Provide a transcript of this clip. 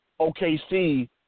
OKC